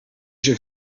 się